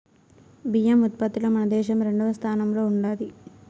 బియ్యం ఉత్పత్తిలో మన దేశం రెండవ స్థానంలో ఉండాది